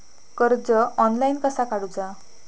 कर्ज ऑनलाइन कसा काडूचा?